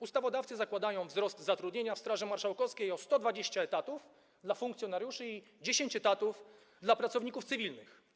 Ustawodawcy zakładają wzrost zatrudnienia w Straży Marszałkowskiej o 120 etatów dla funkcjonariuszy i 10 etatów dla pracowników cywilnych.